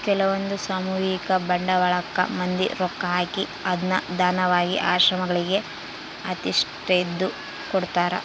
ಕೆಲ್ವಂದು ಸಾಮೂಹಿಕ ಬಂಡವಾಳಕ್ಕ ಮಂದಿ ರೊಕ್ಕ ಹಾಕಿ ಅದ್ನ ದಾನವಾಗಿ ಆಶ್ರಮಗಳಿಗೆ ಇಂತಿಸ್ಟೆಂದು ಕೊಡ್ತರಾ